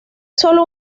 solo